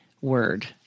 word